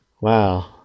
Wow